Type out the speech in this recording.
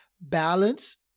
balance